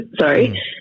sorry